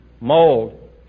mold